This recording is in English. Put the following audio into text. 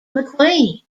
mcqueen